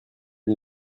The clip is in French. une